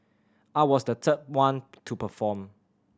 I was the third one to perform